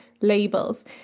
labels